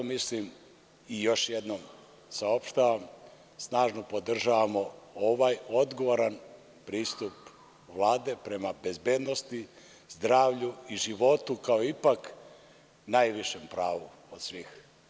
Još jednom saopštavam, snažno podržavamo ovaj odgovoran pristup Vlade prema bezbednosti, zdravlju i životu kao najvišem pravu od svih.